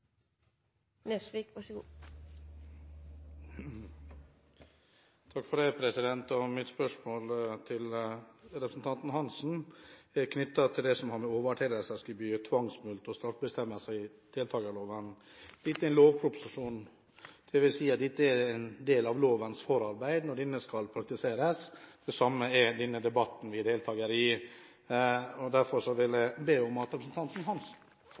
representanten Hansen er knyttet til det som har å gjøre med overtredelsesgebyr, tvangsmulkt og straffebestemmelser i forbindelse med deltakerloven. Dette er en lovproposisjon. Det vil si at dette er en del av lovens forarbeid. Det samme er denne debatten vi er deltakere i. Derfor vil jeg be om at representanten Hansen